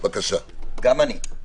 גם אני.